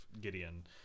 Gideon